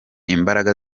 imbaraga